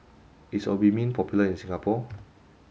is Obimin popular in Singapore